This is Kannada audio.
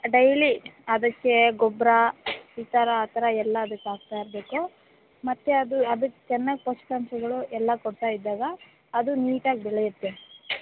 ಡೈಲಿ ಅದಕ್ಕೆ ಗೊಬ್ಬರ ಈ ಥರ ಆ ಥರ ಎಲ್ಲ ಅದಕ್ಕೆ ಹಾಕ್ತಾ ಇರಬೇಕು ಮತ್ತು ಅದು ಅದಕ್ಕೆ ಚೆನ್ನಾಗಿ ಪೋಷಕಾಂಶಗಳು ಎಲ್ಲ ಕೊಡ್ತಾ ಇದ್ದಾಗ ಅದು ನೀಟಾಗಿ ಬೆಳೆಯುತ್ತೆ